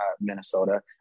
Minnesota